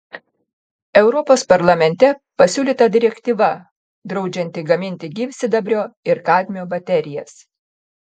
europos parlamente pasiūlyta direktyva draudžianti gaminti gyvsidabrio ir kadmio baterijas